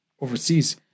overseas